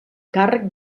càrrec